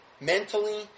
mentally